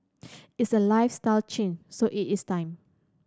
it's a lifestyle change so it is time